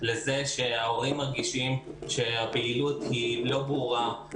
לעניין זה שההורים מרגישים שהפעילות היא לא ברורה,